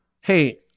hey